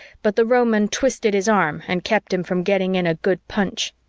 but the roman twisted his arm and kept him from getting in a good punch.